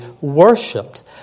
worshipped